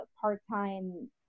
part-time